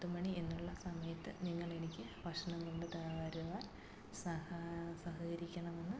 പത്തുമണി എന്നുള്ള സമയത്ത് നിങ്ങളെനിക്ക് ഭക്ഷണം കൊണ്ട് തരുവാ സഹകരിക്കണമെന്ന്